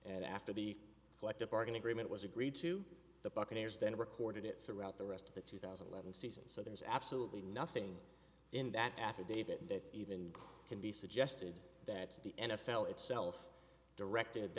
and after the collective bargain agreement was agreed to the buccaneers then recorded it throughout the rest of the two thousand and eleven season so there's absolutely nothing in that affidavit that even can be suggested that the n f l itself directed